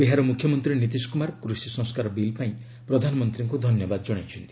ବିହାର ମୁଖ୍ୟମନ୍ତ୍ରୀ ନୀତିଶ କୁମାର କୂଷି ସଂସ୍କାର ବିଲ୍ ପାଇଁ ପ୍ରଧାନମନ୍ତ୍ରୀଙ୍କୁ ଧନ୍ୟବାଦ ଜଣାଇଛନ୍ତି